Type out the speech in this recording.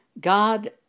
God